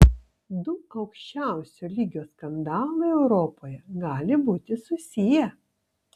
du aukščiausio lygio skandalai europoje gali būti susiję